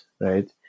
right